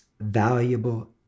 valuable